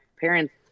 parents